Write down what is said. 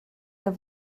der